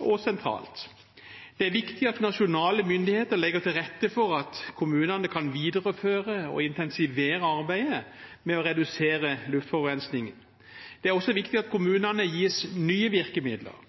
og sentralt. Det er viktig at nasjonale myndigheter legger til rette for at kommunene kan videreføre og intensivere arbeidet med å redusere luftforurensningen. Det er også viktig at kommunene gis nye virkemidler.